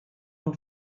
nhw